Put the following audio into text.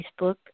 Facebook